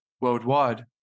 worldwide